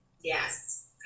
Yes